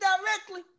directly